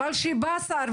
אבל כשבא שר,